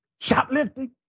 shoplifting